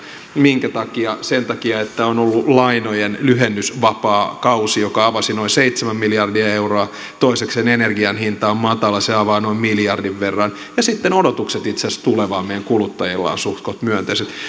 minkä takia sen takia että ollut lainojenlyhennysvapaakausi joka avasi noin seitsemän miljardia euroa toisekseen energian hinta on matala se avaa noin miljardin verran ja sitten odotukset itse asiassa tulevaan meidän kuluttajilla ovat suht koht myönteiset